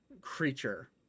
creature